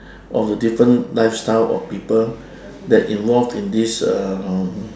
of the different lifestyle of people that involve in this uh um